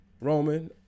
Roman